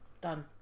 done